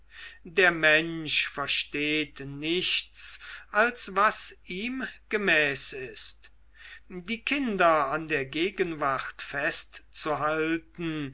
der mensch versteht nichts als was ihm gemäß ist die kinder an der gegenwart festzuhalten